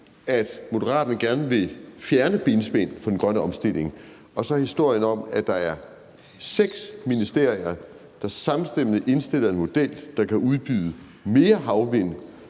at Moderaterne gerne vil fjerne benspænd for den grønne omstilling, og så historien om, at der er seks ministerier, der samstemmende indstiller en model, der kan udbyde mere havvind